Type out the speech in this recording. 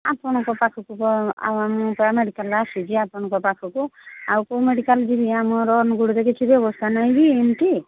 ଆପଣଙ୍କ ତ ପାଖକୁ ଆଉ ମୁଁ ପରା ମେଡ଼ିକାଲ୍ ଆସିଛି ଆପଣଙ୍କ ପାଖକୁ ଆଉ କେଉଁ ମେଡ଼ିକାଲ୍ ଯିବି ଆମର ଅନୁଗୁଳରେ କିଛି ବ୍ୟବସ୍ଥା ନାହିଁ ବି ଏମିତି